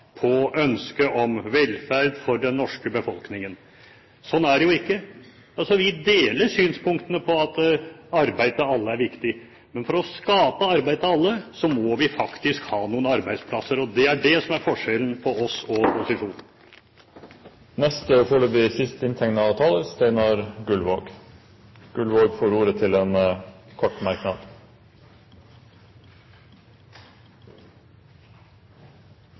på ønsket om velferd for den norske befolkningen. Slik er det jo ikke! Vi deler synspunktene om at arbeid til alle er viktig, men for å skape arbeid til alle må vi faktisk ha noen arbeidsplasser. Det er det som er forskjellen på oss og posisjonen. Representanten Steinar Gullvåg har hatt ordet to ganger tidligere og får ordet til en kort merknad,